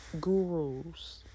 gurus